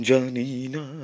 Janina